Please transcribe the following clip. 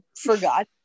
forgot